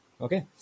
Okay